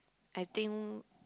I think